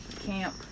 camp